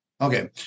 Okay